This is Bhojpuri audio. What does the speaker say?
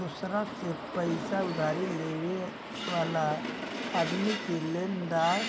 दोसरा से पईसा उधारी लेवे वाला आदमी के लेनदार